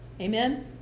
Amen